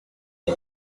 the